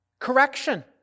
Correction